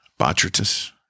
Botrytis